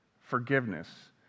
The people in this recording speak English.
forgiveness